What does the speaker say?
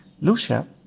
Lucia